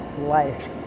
life